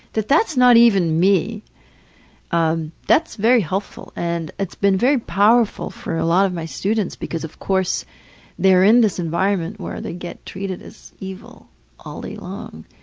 that that's not even me um that's very helpful. and it's been very powerful for a lot of my students, because of course they're in this environment where they get treated as evil all day long,